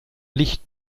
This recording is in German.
licht